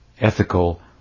ethical